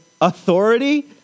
authority